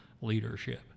leadership